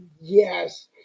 yes